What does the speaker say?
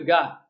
God